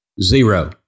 Zero